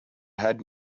had